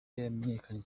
yamenyekanye